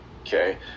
Okay